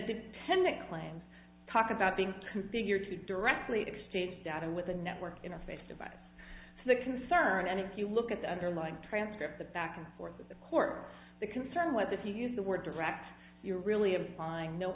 dependent plans talk about being figure to directly exchange data with the network interface device so the concern and if you look at the underlying transcript the back and forth with the court the concern whether if you use the word direct you're really applying no